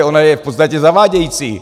Ona je v podstatě zavádějící.